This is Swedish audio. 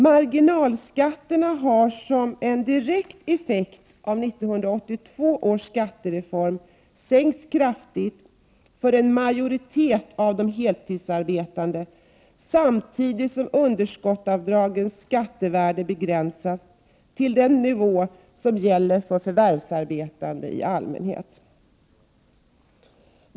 Marginalskatterna har som en direkt effekt av 1982 års skattereform sänkts kraftigt för en majoritet av de heltidsarbetande, samtidigt som underskottsavdragens skattevärde begränsats till den nivå som gäller för förvärvsarbetande i allmänhet.